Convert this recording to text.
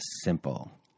simple